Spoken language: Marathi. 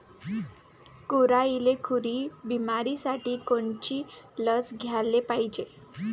गुरांइले खुरी बिमारीसाठी कोनची लस द्याले पायजे?